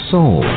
Soul